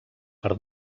per